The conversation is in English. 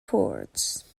ports